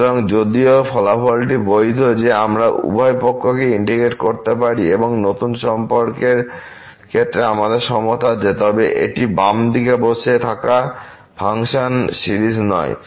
সুতরাং যদিও ফলাফলটি বৈধ যে আমরা উভয় পক্ষকে ইন্টিগ্রেট করতে পারি এবং নতুন সম্পর্কের ক্ষেত্রে আমাদের সমতা আছে তবে এটি বাম দিকে বসে থাকা ফাংশন সিরিজ নয়